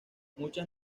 muchas